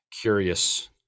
curious